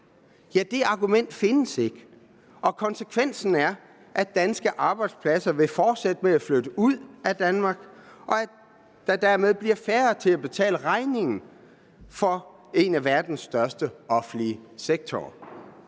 op? Det argument findes ikke. Og konsekvensen er, at danske arbejdspladser vil fortsætte med at flytte ud af Danmark, og at der dermed bliver færre til at betale regningen for en af verdens største offentlige sektorer.